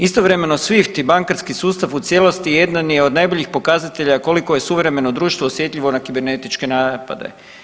Istovremeno swift i bankarski sustav u cijelosti jedan je od najboljih pokazatelja koliko je suvremeno društvo osjetljivo na kibernetičke napade.